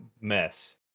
mess